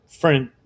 friend